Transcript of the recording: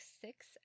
Six